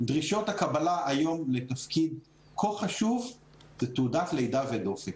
דרישות הקבלה היום לתפקיד כה חשוב זה תעודת לידה ודופק.